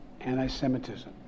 anti-Semitism